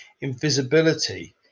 invisibility